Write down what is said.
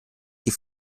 die